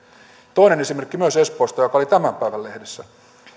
toinen esimerkki myös espoosta joka oli tämän päivän lehdessä